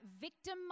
victim